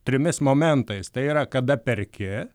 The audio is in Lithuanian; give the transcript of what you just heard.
trimis momentais tai yra kada perki